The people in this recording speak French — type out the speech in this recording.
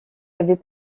avait